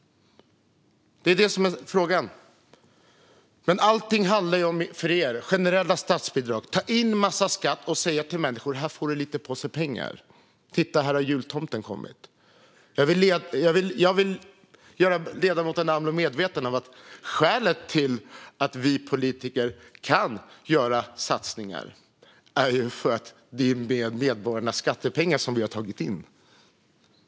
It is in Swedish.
Det är det som är frågan, men för er handlar allting om generella statsbidrag, att ta in en massa skatt och säga till människor: Här får du en liten påse pengar! Titta, jultomten har kommit! Jag vill göra ledamoten Amloh medveten om att skälet till att vi politiker kan göra satsningar är att vi har tagit in medborgarnas skattepengar.